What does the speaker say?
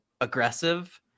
aggressive